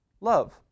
love